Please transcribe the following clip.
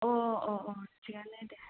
अ अ अ थिगानो दे